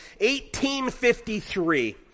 1853